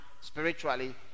spiritually